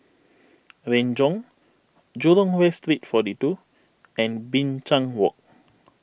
Renjong Jurong West Street forty two and Binchang Walk